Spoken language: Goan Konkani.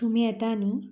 तुमी येता न्ही